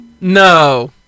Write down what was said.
No